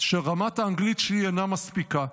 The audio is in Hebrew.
שרמת האנגלית שלי אינה מספיקה.